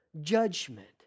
judgment